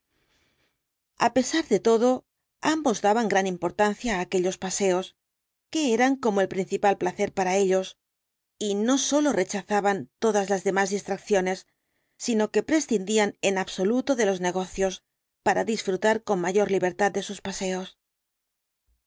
a pesar de todo ambos daban gran importancia á aquellos paseos que eran como el dr jekyll el principal placer para ellos y no sólo rechazaban todas las demás distracciones sino que prescindían en absoluto de los negocios para disfrutar con mayor libertad de sus paseos